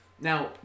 Now